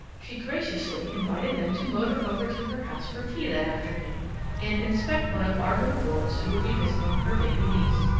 she graciously invited them to motor over to her house for tea that afternoon and inspect one of our little wards who would be visiting her baby niece.